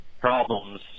problems